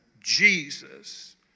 Jesus